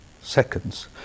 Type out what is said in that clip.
seconds